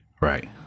Right